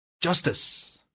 Justice